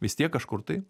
vis tiek kažkur tai